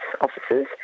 officers